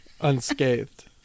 unscathed